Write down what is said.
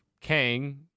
Kang